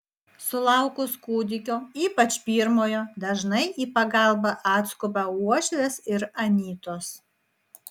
sulaukus kūdikio ypač pirmojo dažnai į pagalbą atskuba uošvės ir anytos